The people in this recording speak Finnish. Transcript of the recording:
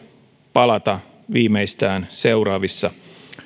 palata viimeistään seuraavissa